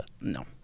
No